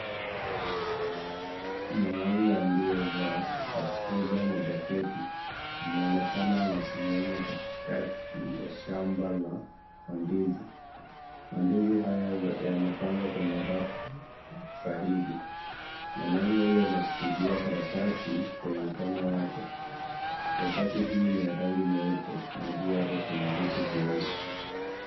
Mwanaume aliyevaa kaptura na jaketi, anaonekana amesimama kati kati ya shamba la mandizi, mandizi haya yamepangwa kwenye rafu sahihi, mwanaume huyu ameshikilia karatasi kwenye mkono wake. Karatasi hii ni ya rangi nyeupe na juu yake kuna vitu vyeusi.